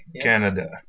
Canada